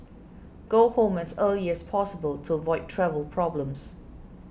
go home as early as possible to avoid travel problems